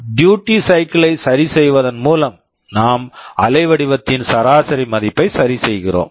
duty cycle duty cycle ஐ சரிசெய்வதன் மூலம் நாம் அலைவடிவத்தின் சராசரி மதிப்பை சரிசெய்கிறோம்